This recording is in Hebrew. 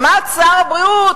עמד שר הבריאות,